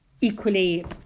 equally